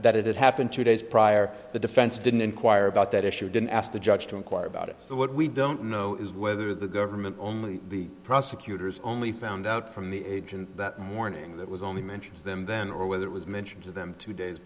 that it happened two days prior the defense didn't inquire about that issue didn't ask the judge to inquire about it so what we don't know is whether the government only the prosecutors only found out from the agent that morning that was only mentioned them then or whether it was mentioned to them two days